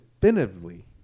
definitively